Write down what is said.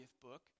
book